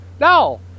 no